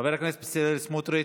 חבר הכנסת בצלאל סמוטריץ'